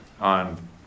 on